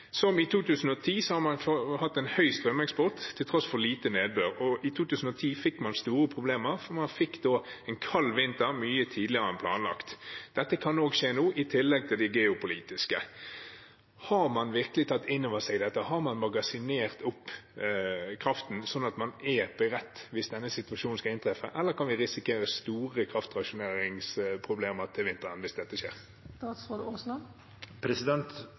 Som i 2010 har man hatt en høy strømeksport til tross for lite nedbør, og i 2010 fikk man store problemer fordi man fikk en kald vinter mye tidligere enn planlagt. Dette kan også skje nå, i tillegg til det geopolitiske. Har man virkelig tatt inn over seg dette? Har man magasinert opp kraften, sånn at man er beredt hvis denne situasjonen skulle inntreffe, eller kan vi risikere store kraftrasjoneringsproblemer til vinteren hvis dette skjer?